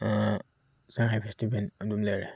ꯁꯉꯥꯏ festival ꯑꯗꯨꯃ ꯂꯩꯔꯦ